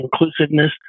inclusiveness